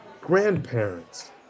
grandparents